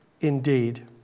indeed